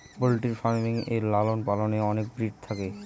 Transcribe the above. poultry farming এ লালন পালনে অনেক ব্রিড থাকে